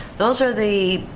those are the.